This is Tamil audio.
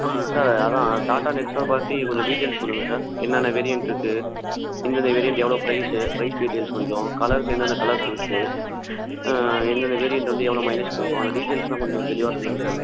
ஆ சார் அதுதான் டாடா நெக்ஸா பற்றி கொஞ்சம் டீட்டெயில்ஸ் சொல்லுங்க சார் என்னென்ன வேரியன்ட்ருக்கு இன்னென்ன வேரியன்ட் எவ்வளோ ப்ரைஸு ப்ரைஸ் டீட்டெயில்ஸ் கொஞ்சம் கலர்ஸ் என்னென்ன கலர்ஸ் இருக்குது என்னென்ன வேரியன்ட் வந்து எவ்வளோ மைலேஜ் கொடுக்கும் அந்த டீட்டெயில்ஸ்லாம் கொஞ்சம் தெளிவாக சொல்லுங்க சார்